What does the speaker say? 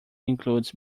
includes